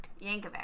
Yankovic